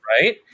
Right